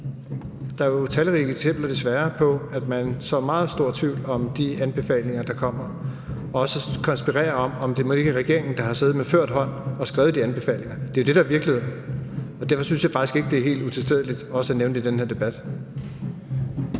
Der er jo talrige eksempler, desværre, på, at man sår meget stor tvivl om de anbefalinger, der kommer, og også konspirerer om, om det nu ikke er regeringen, der har siddet og skrevet de anbefalinger – med ført hånd. Det er det, der er virkeligheden. Og derfor synes jeg faktisk ikke, det er helt utilstedeligt også at nævne det i den her debat.